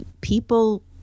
people